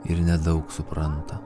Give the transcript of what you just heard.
ir nedaug supranta